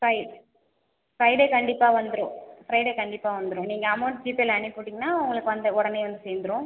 fry Friday கண்டிப்பாக வந்துரும் Friday கண்டிப்பாக வந்துரும் நீங்கள் அமௌண்ட் ஜிபேயில் அனுப்பிவிட்டீங்கனா உங்களுக்கு வந்து உடனே வந்து சேர்ந்துரும்